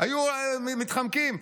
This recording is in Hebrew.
היו מתחמקים.